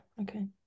okay